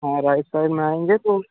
हाँ right side में आएँगे तो